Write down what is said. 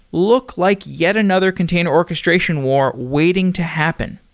look like yet another container orchestration war waiting to happen.